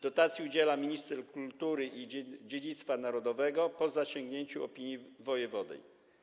Dotacji udziela minister kultury i dziedzictwa narodowego po zasięgnięciu opinii wojewody.